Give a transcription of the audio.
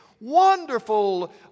wonderful